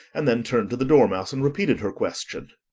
and then turned to the dormouse, and repeated her question.